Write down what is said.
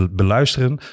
beluisteren